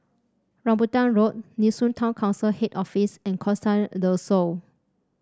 Rambutan Road Nee Soon Town Council Head Office and Costa Del Sol